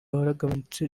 waragabanutse